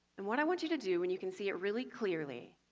and what i want you to do when you can see it really clearly,